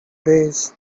days